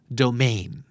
domain